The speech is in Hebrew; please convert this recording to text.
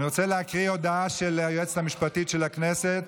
אני רוצה להקריא הודעה של היועצת המשפטית של הכנסת,